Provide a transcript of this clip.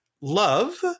love